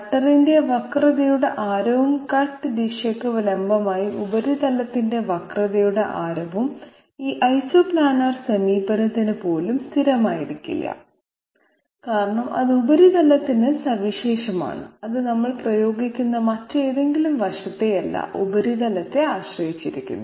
കട്ടറിന്റെ വക്രതയുടെ ആരവും കട്ട് ദിശയ്ക്ക് ലംബമായി ഉപരിതലത്തിന്റെ വക്രതയുടെ ആരവും ഈ ഐസോപ്ലാനർ സമീപനത്തിന് പോലും സ്ഥിരമായിരിക്കില്ല കാരണം അത് ഉപരിതലത്തിന് സവിശേഷമാണ് അത് നമ്മൾ പ്രയോഗിക്കുന്ന മറ്റേതെങ്കിലും വശത്തെയല്ല ഉപരിതലത്തെ ആശ്രയിച്ചിരിക്കുന്നു